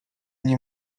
nie